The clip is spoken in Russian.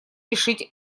решить